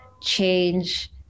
change